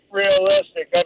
realistic